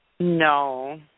No